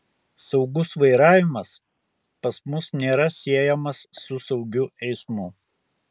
saugus vairavimas pas mus nėra siejamas su saugiu eismu